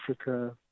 Africa